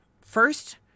First